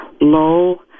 low